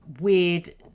weird